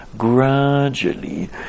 Gradually